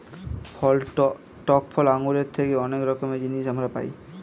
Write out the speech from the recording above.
টক ফল আঙ্গুরের থেকে অনেক রকমের জিনিস আমরা পাই